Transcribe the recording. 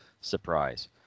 surprise